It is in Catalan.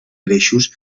greixos